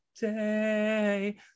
day